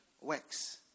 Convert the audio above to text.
works